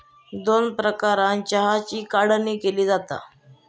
दोन प्रकारानं चहाची काढणी केली जाता